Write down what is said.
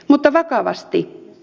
mutta vakavasti